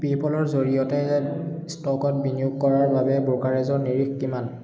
পে'পলৰ জৰিয়তে ষ্ট'কত বিনিয়োগ কৰাৰ বাবে ব্ৰ'কাৰেজৰ নিৰিখ কিমান